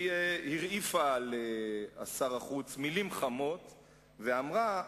הרעיפה על שר החוץ מלים חמות ואמרה,